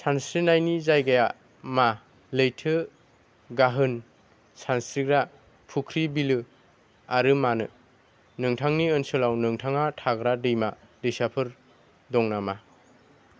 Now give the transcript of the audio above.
सानस्रिनायनि जायगाया मा लैथो गाहोन सानस्रिग्रा फुख्रि बिलो आरो मानो नोंथांनि ओनसोलाव नोंथाङा थाग्रा दैमा दैसाफोर दं नामा